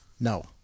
No